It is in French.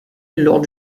lors